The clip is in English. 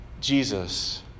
Jesus